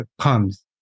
comes